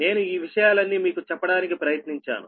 నేను ఈ విషయాలన్నీ మీకు చెప్పడానికి ప్రయత్నించాను